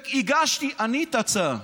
הגשתי אני את ההצעה,